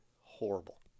horrible